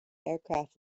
aircraft